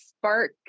Spark